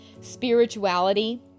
spirituality